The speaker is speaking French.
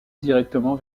directement